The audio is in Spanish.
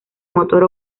motor